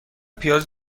پیاز